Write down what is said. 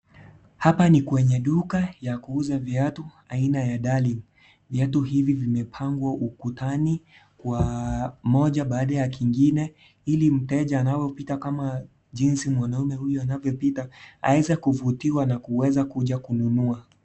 Hapa ni kwenye duka ya kuuza viatu aina ya darling , viatu hivi vimepangwa ukutani kwa moja baada ya kingine ili mteja anavyopita kama jinsi mwanaume huyu anavyopita, aeze kuvutiwa na aweze kuja kununua.